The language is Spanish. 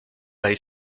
hay